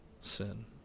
sin